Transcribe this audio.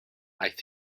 aeth